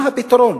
מה הפתרון?